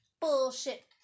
Bullshit